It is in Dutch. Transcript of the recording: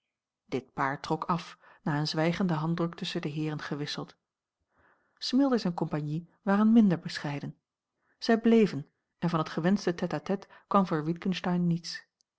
dit paar trok af na een zwijgenden handdruk tusschen de heeren gewisseld smilders en compagnie waren minder bescheiden zij bleven en van het gewenschte tête-à-tête kwam voor witgensteyn niets